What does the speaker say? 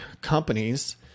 companies